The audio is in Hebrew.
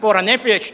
ציפור הנפש.